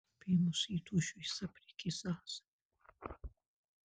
apėmus įtūžiui jis aprėkė zazą